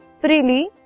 freely